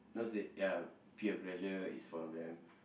those that ya peer pressure is one of them